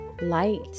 light